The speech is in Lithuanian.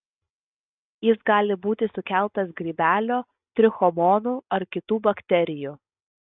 jis gali būti sukeltas grybelio trichomonų ar kitų bakterijų